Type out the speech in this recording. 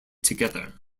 together